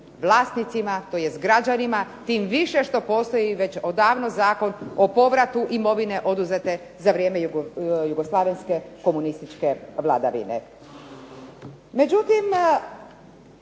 vlasnicima tj. građanima tim više što postoji već odavno Zakon o povratu imovine oduzete za vrijeme jugoslavenske komunističke vladavine.